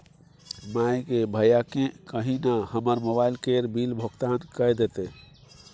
माय गे भैयाकेँ कही न हमर मोबाइल केर बिल भोगतान कए देतै